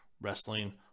wrestling